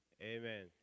amen